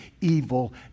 evil